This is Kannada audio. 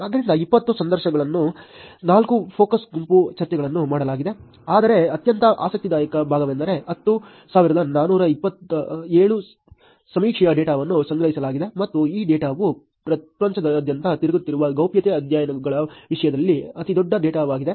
ಆದ್ದರಿಂದ 20 ಸಂದರ್ಶನಗಳು 4 ಫೋಕಸ್ ಗುಂಪು ಚರ್ಚೆಗಳನ್ನು ಮಾಡಲಾಗಿದೆ ಆದರೆ ಅತ್ಯಂತ ಆಸಕ್ತಿದಾಯಕ ಭಾಗವೆಂದರೆ 10427 ಸಮೀಕ್ಷೆಯ ಡೇಟಾವನ್ನು ಸಂಗ್ರಹಿಸಲಾಗಿದೆ ಮತ್ತು ಈ ಡೇಟಾವು ಪ್ರಪಂಚದಾದ್ಯಂತ ತಿರುಗಿರುವ ಗೌಪ್ಯತೆ ಅಧ್ಯಯನಗಳ ವಿಷಯದಲ್ಲಿ ಅತಿದೊಡ್ಡ ಡೇಟಾವಾಗಿದೆ